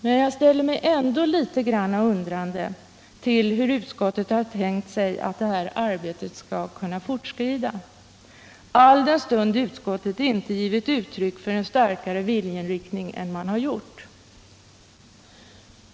Men jag ställer mig ändå litet grand undrande till hur utskottet har tänkt 43 sig att detta arbete skall kunna fortskrida, alldenstund utskottet inte redovisat en starkare viljeinriktning än vad man har gjort.